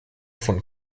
von